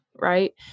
right